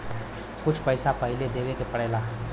कुछ पैसा पहिले देवे के पड़ेला